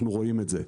אנחנו רואים את זה.